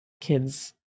kids